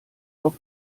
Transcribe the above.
auf